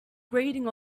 grating